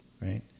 right